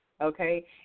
Okay